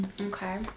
okay